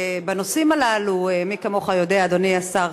בנושאים הללו, מי כמוך יודע, אדוני השר,